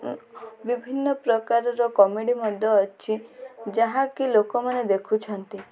ବିଭିନ୍ନ ପ୍ରକାରର କମେଡ଼ି ମଧ୍ୟ ଅଛି ଯାହାକି ଲୋକମାନେ ଦେଖୁଛନ୍ତି